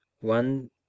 one